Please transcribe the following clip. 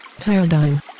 paradigm